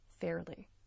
fairly